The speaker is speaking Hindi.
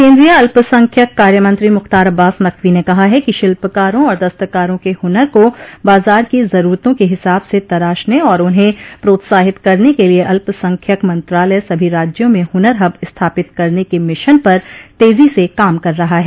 केन्द्रीय अल्पसंख्यक कार्यमंत्री मुख्तार अब्बास नकवी ने कहा कि शिल्पकारों और दस्तकारों के हुनर को बाजार की जरूरतों के हिसाब से तराशने और उन्हें प्रोत्साहित करने के लिये अल्पसंख्यक मंत्रालय सभी राज्यों में हुनर हब स्थापित करने के मिशन पर तेजी से काम कर रहा है